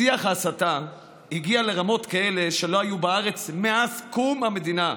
שיח ההסתה הגיע לרמות כאלה שלא היו בארץ מאז קום המדינה.